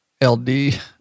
LD